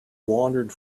wandered